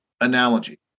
analogy